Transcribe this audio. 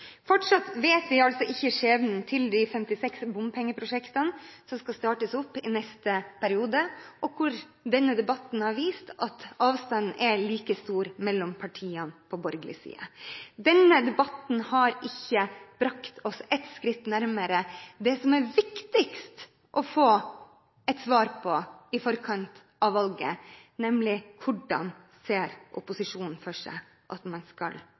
Fortsatt vet vi altså ikke skjebnen til de 56 bompengeprosjektene som skal startes opp i neste periode, og denne debatten har vist at avstanden er like stor mellom partiene på borgerlig side. Denne debatten har ikke brakt oss ett skritt nærmere det som er viktigst å få et svar på i forkant av valget, nemlig: Hvordan ser opposisjonen for seg at man skal